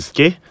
Okay